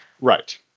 Right